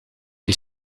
die